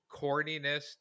corniness